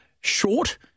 short